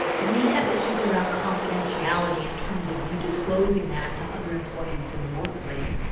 may have issues around confidentiality in terms of you disclosing that to other employees in the workplace.